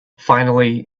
finally